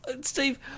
Steve